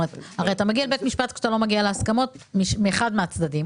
הרי אתה מגיע לבית משפט כשאתה לא מגיע להסכמות מאחד מהצדדים,